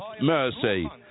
mercy